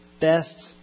best